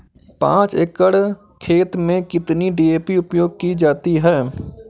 पाँच एकड़ खेत में कितनी डी.ए.पी उपयोग की जाती है?